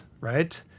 right